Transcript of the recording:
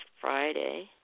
Friday